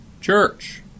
church